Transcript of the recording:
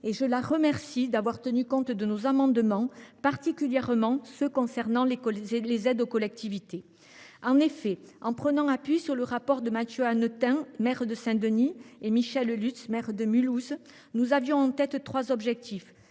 Mme la rapporteure d’avoir tenu compte de nos amendements, particulièrement de ceux qui ont pour objet les aides aux collectivités. En effet, en prenant appui sur le rapport de Mathieu Hanotin, maire de Saint Denis, et de Michèle Lutz, maire de Mulhouse, nous avions en tête trois objectifs